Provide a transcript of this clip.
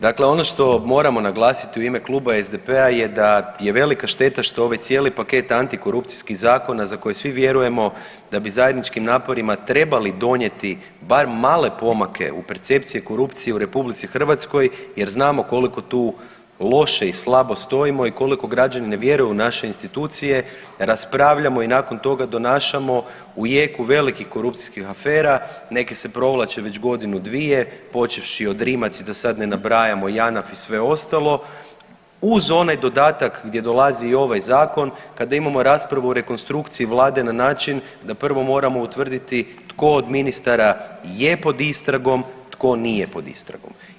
Dakle, ono što moramo naglasiti u ime Kluba SDP-a je da je velika šteta što ovaj cijeli paket antikorupcijskih zakona za koje svi vjerujemo da bi zajedničkim naporima trebali donijeti bar male pomake u percepciji korupcije u RH jer znamo koliko tu loše i slabo stojimo i koliko građani vjeruju u naše institucije, raspravljamo i nakon toga donašamo u jeku velikih korupcijskih afera, neke se provlače već godinu, dvije počevši od Rimac i da sada ne nabrajamo JANAF i sve ostalo uz onaj dodatak gdje dolazi i ovaj zakon kada imamo raspravu o rekonstrukciji vlade na način da prvo moramo utvrditi tko od ministara je pod istragom, tko nije pod istragom.